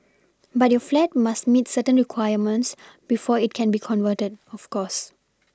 but your flat must meet certain requirements before it can be converted of course